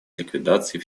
ликвидации